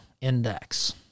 Index